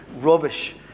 rubbish